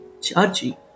Chachi